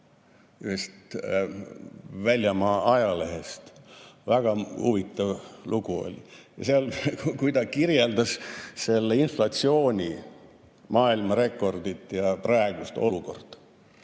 ühest väljamaa ajalehest. Väga huvitav lugu oli. Ja seal ta kirjeldas selle inflatsiooni maailmarekordit ja praegust olukorda.